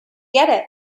get